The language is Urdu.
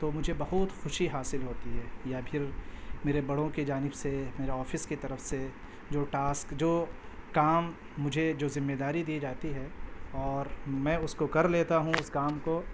تو مجھے بہت خوشی حاصل ہوتی ہے یا پھر میرے بڑوں کی جانب سے میرے آفس کی طرف سے جو ٹاسک جو کام مجھے جو ذمے داری دی جاتی ہے اور میں اس کو کر لیتا ہوں اس کام کو